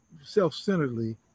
self-centeredly